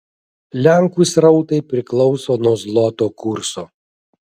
lenkų srautai priklauso nuo zloto kurso